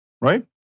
Right